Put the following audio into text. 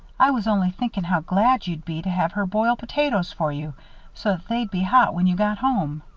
i was only thinking how glad you'd be to have her boil potatoes for you so they'd be hot when you got home.